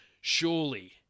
surely